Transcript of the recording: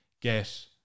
get